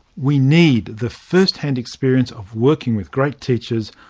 we need the firsthand experience of working with greater teachers,